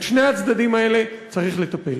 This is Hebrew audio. בשני הצדדים האלה צריך לטפל.